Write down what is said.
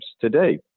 today